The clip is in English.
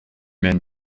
men